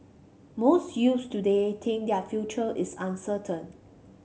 most youths today think that their future is uncertain